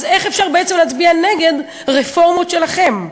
אז איך אפשר להצביע נגד רפורמות שלכם?